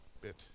bit